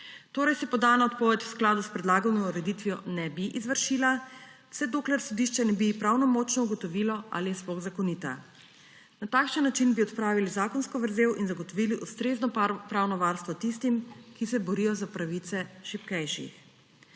Torej se podana odpoved v skladu s predlagano ureditvijo ne bi izvršila, vse dokler sodišče ne bi pravnomočno ugotovilo, ali je sploh zakonita. Na takšen način bi odpravili zakonsko vrzel in zagotovili ustrezno pravno varstvo tistim, ki se borijo za pravice šibkejših.